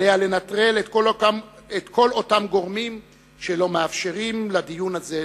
עליה לנטרל את כל אותם גורמים שלא מאפשרים לדיון הזה להתקיים.